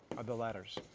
or the letters.